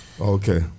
Okay